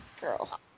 girl